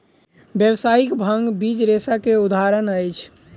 व्यावसायिक भांग बीज रेशा के उदाहरण अछि